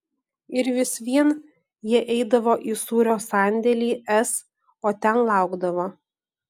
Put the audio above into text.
ir vis vien jie eidavo į sūrio sandėlį s o ten laukdavo